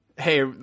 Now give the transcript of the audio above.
Hey